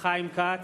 חיים כץ,